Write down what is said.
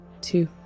two